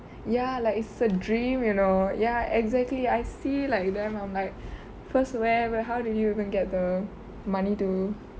ya like it's a dream you know ya exactly I see like them I'm like first where how did you even get the money to